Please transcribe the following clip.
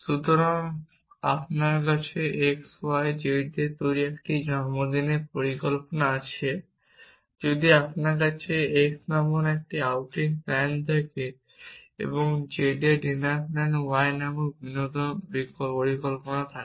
সুতরাং আপনার কাছে x y এবং z দিয়ে তৈরি একটি জন্মদিনের পরিকল্পনা আছে যদি আপনার কাছে x নামক একটি আউটিং প্লেন থাকে এবং z এর ডিনার প্ল্যানে y নামক বিনোদন পরিকল্পনা থাকে